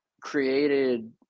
created